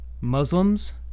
Muslims